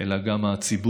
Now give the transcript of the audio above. אלא גם הציבור